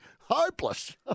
hopeless